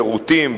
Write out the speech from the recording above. שירותים,